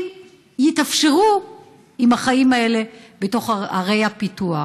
יתאפשרו עם החיים האלה בתוך ערי הפיתוח.